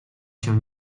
się